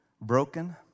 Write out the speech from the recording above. broken